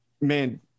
man